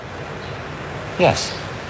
Yes